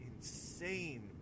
insane